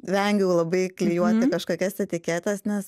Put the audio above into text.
vengiu labai klijuoti kažkokias etiketas nes